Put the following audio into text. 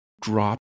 drop